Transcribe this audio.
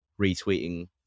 retweeting